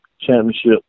championship